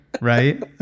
right